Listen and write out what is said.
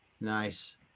Nice